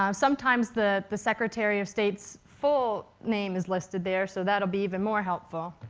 um sometimes the the secretary of state's full name is listed there, so that'll be even more helpful.